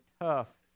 tough